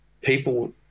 People